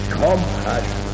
compassion